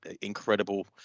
incredible